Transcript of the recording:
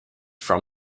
from